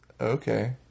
Okay